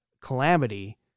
calamity